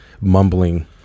mumbling